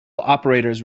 operators